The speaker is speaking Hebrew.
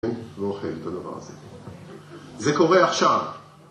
ואוכל את הדבר הזה. זה קורה עכשיו